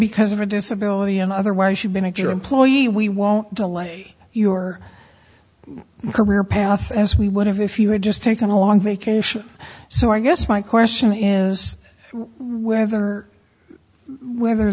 because of a disability and otherwise you've been at your employee we won't delay your career path as we would have if you had just taken a long vacation so i guess my question is whether whether